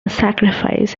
sacrifice